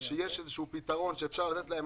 שיש איזשהו פתרון שאפשר לתת להן.